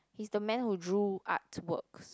he's the man who drew art works